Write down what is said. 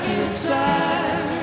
inside